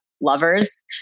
lovers